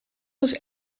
was